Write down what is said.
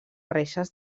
reixes